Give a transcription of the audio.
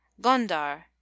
Gondar